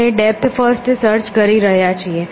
આપણે depth first search કરી રહ્યા છીએ